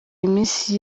iminsi